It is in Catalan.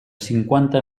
cinquanta